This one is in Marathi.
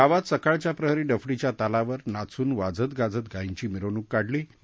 गावात सकाळच्या प्रहरी डफडीच्या तालावर नाचून वाजतगाजत गायींची मिरवणुक काढली जाते